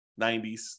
90s